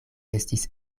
estis